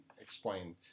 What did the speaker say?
explain